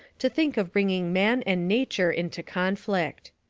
to think of bringing man and nature into conflict.